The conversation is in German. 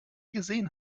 gesehen